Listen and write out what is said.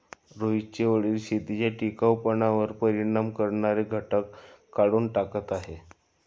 रोहितचे वडील शेतीच्या टिकाऊपणावर परिणाम करणारे घटक काढून टाकत आहेत